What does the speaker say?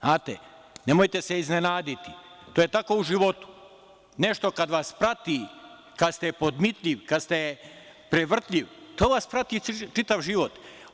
Nemojte se iznenaditi, to je tako u životu, nešto kad vas prati, kad ste podmitljiv, kad ste prevrtljiv, to vas prati čitav život.